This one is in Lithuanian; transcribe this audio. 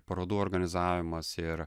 parodų organizavimas ir